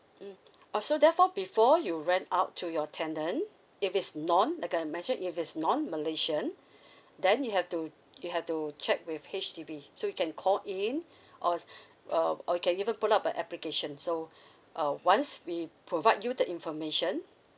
mm also therefore before you rent out to your tenant if it's non like I mentioned if it's non malaysian then you have to you have to check with H_D_B so you can call in or uh or you can even put up a application so uh once we provide you the information